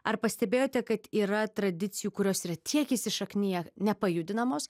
ar pastebėjote kad yra tradicijų kurios yra tiek įsišakniję nepajudinamos